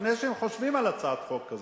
לפני שהם חושבים על הצעת חוק כזאת.